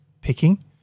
picking